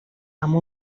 amb